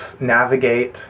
navigate